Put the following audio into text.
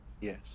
yes